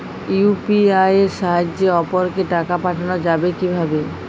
UPI এর সাহায্যে অপরকে টাকা পাঠানো যাবে কিভাবে?